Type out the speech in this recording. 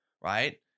right